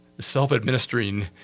self-administering